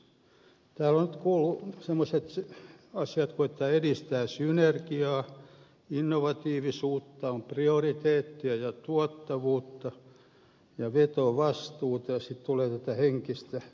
täällä on nyt kuultu sellaiset asiat kuin että tämä edistää synergiaa innovatiivisuutta on prioriteettia ja tuottavuutta ja vetovastuuta ja sitten tulee tätä henkistä liikkuvuutta